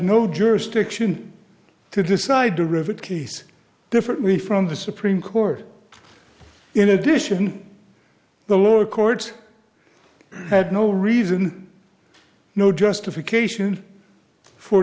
no jurisdiction to decide to rivet case differently from the supreme court in addition the lower court had no reason no justification for